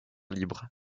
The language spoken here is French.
libres